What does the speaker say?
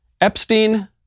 Epstein